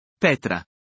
Petra